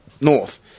north